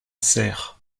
serres